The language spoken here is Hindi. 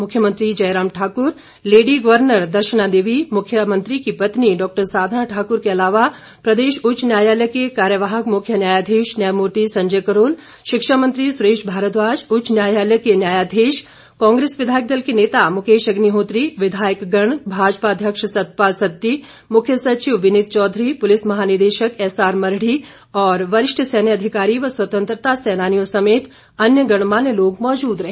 मुख्यमंत्री जयराम ठाकुर लेडी गर्वनर दर्शना देवी मुख्यमंत्री की पत्नी डॉक्टर साधना ठाकूर के अलावा प्रदेश उच्च न्यायालय के कार्यवाहक मुख्य न्यायाधीश न्यायमूर्ति संजय करोल शिक्षा मंत्री सुरेश भारद्वाज उच्च न्यायालय के न्यायाधीश कांग्रेस विधायक दल के नेता मुकेश अग्निहोत्री विधायकगण भाजपा अध्यक्ष सतपाल सत्ती मुख्य सचिव विनीत चौधरी पुलिस महानिदेशक एसआरमरढ़ी और वरिष्ठ सैन्य अधिकारी व स्वतंत्रता सेनानियों समेत अन्य गणमान्य लोग मौजूद रहे